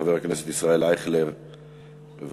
חבר הכנסת ישראל אייכלר, בבקשה.